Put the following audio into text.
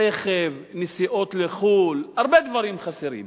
רכב, נסיעות לחו"ל, הרבה דברים חסרים.